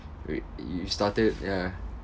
y~ you started ya